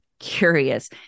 Curious